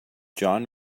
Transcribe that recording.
john